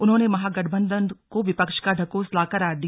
उन्होंने महागठबंधन को विपक्ष का ढकोसला करार दिया